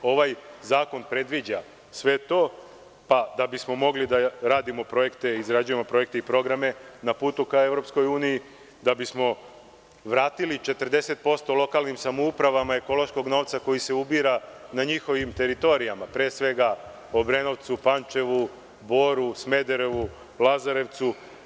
Ovaj zakon predviđa sve to, pa da bismo mogli da radimo projekte i izrađujemo projekte i programe na putu ka EU, da bismo vratili 40% lokalnim samoupravama ekološkog novca, koji se ubira na njihovim teritorijama, pre svega Obrenovcu, Pančevu, Boru, Smederevu, Lazarevcu.